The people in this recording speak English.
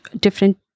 different